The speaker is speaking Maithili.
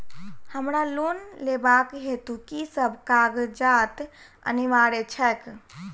हमरा लोन लेबाक हेतु की सब कागजात अनिवार्य छैक?